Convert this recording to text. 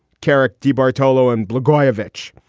carrick, debartolo and blagojevich.